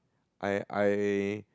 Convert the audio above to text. I I